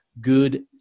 good